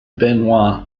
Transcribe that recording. benoit